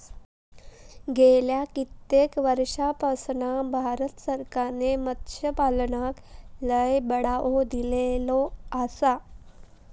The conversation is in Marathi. गेल्या कित्येक वर्षापासना भारत सरकारने मत्स्यपालनाक लय बढावो दिलेलो आसा